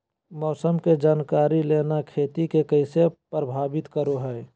मौसम के जानकारी लेना खेती के कैसे प्रभावित करो है?